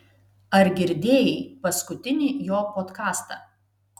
ar girdėjai paskutinį jo podkastą